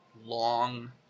long